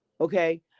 okay